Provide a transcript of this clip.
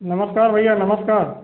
नमस्कार भैया नमस्कार